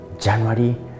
January